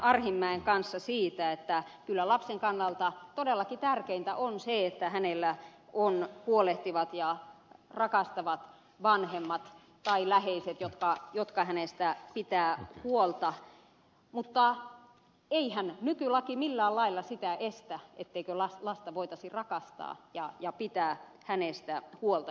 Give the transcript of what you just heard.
arhinmäen kanssa siitä että kyllä lapsen kannalta todellakin tärkeintä on se että hänellä on huolehtivat ja rakastavat vanhemmat tai läheiset jotka hänestä pitävät huolta mutta eihän nykylaki millään lailla sitä estä ettei lasta voitaisi rakastaa ja pitää hänestä huolta